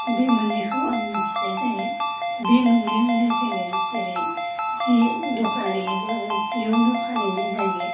बे मोननैखौ आं मिथिनाय जायो बे मोननैआवनो जोङो जेरै जि दखान हैयोब्लाबो बेयावनो फानहैनाय जायो